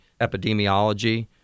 epidemiology